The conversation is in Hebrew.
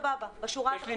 לא